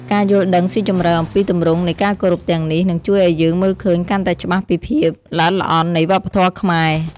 ការយល់ដឹងស៊ីជម្រៅអំពីទម្រង់នៃការគោរពទាំងនេះ នឹងជួយឲ្យយើងមើលឃើញកាន់តែច្បាស់ពីភាពល្អិតល្អន់នៃវប្បធម៌ខ្មែរ។